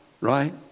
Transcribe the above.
right